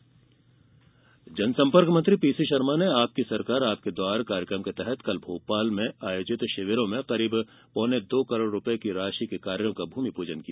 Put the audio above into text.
वहीं शिविर जनसंपर्क मंत्री पीसी शर्मा ने आपकी सरकार आपके द्वार कार्यक्रम के तहत भोपाल में कल आयोजित शिविरों में करीब पौने दो करोड़ रूपये की राशि के कार्यो का भूमिपूजन किया